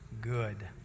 good